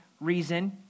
reason